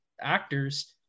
actors